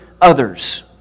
others